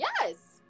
Yes